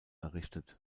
errichtet